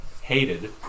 hated